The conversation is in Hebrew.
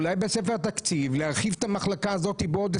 אולי בספר התקציב להרחיב את המחלקה הזאת ב-20